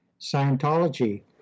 Scientology